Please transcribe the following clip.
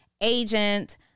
agent